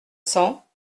cents